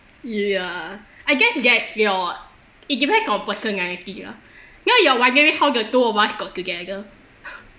yeah I guess that's your it depends on personality lah ya you're wondering how the two of us got together